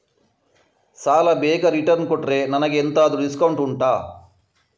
ಸಾಲ ಬೇಗ ರಿಟರ್ನ್ ಕೊಟ್ರೆ ನನಗೆ ಎಂತಾದ್ರೂ ಡಿಸ್ಕೌಂಟ್ ಉಂಟಾ